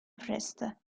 فرسته